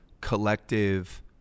collective